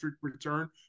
return